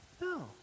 No